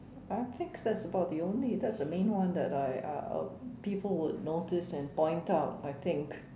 I think that's about the only that's the main one that I I people will notice and point out I think